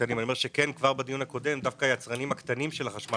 כבר בדיון הקודם היצרנים הקטנים של החשמל